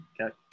Okay